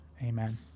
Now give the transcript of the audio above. amen